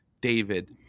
David